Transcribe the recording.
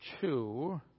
two